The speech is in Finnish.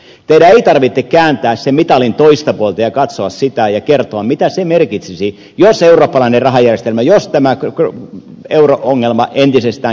teidän ei tarvitse kääntää sen mitalin toista puolta ja katsoa sitä ja kertoa mitä se merkitsisi jos tämä euro ongelma entisestään kärjistyisi